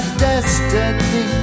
destiny